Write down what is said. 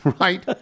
Right